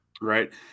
Right